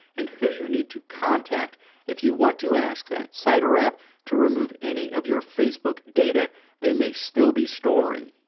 and who you need to contact if you want to ask that site or app to remove any of your facebook data they may still be storing.